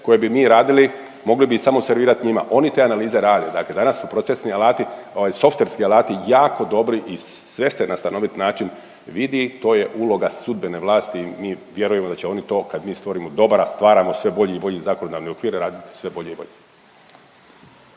koje bi mi radili, mogli bi samo servirat njima. Oni te analize rade. Dakle danas su procesni alati, ovaj softverski alati jako dobri i sve se na stanovit način vidi. To je uloga sudbene vlasti i mi vjerujemo da će oni to kad bi stvorimo dobar, a stvaramo sve bolji i bolji zakonodavni okvir, raditi sve bolje i bolje.